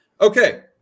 okay